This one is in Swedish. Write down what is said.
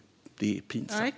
Det är pinsamt.